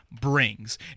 brings